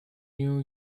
new